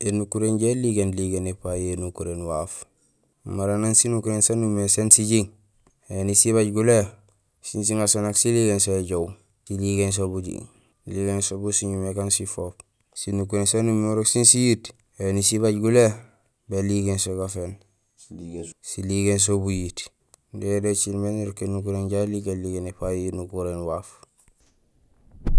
Ēnukuréén inja iligéén ligéén épayo énukuréén waaf. Mara nang sinukuréén saan umimé sén sijiiŋ, éni sibaaj gulé, sing siŋaso nak siligéén so éjoow, siligéén so bujiiŋ, siligéén so bu siñumé ékaan sifoop. Sinukuréén saan umimé sén siyiit, éni sibaaj gulé, béligéén so gaféén, siligéén so buyiit. Dédé cilmé nirok énukuréén inja iligéén ligéén épayo énukuréén waaf.